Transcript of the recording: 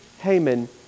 Haman